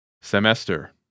semester